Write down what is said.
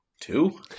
two